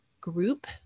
group